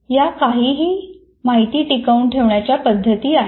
या काही माहिती टिकवून ठेवण्याच्या पद्धती आहेत